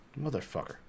Motherfucker